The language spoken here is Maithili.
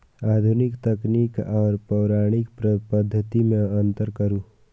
आधुनिक तकनीक आर पौराणिक पद्धति में अंतर करू?